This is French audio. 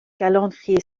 calendrier